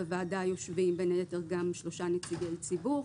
בוועדה יושבים בין היתר גם שלושה נציגי ציבור,